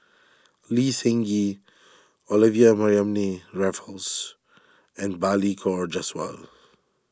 Lee Seng Gee Olivia Mariamne Raffles and Balli Kaur Jaswal